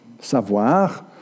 savoir